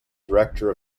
director